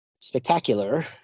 Spectacular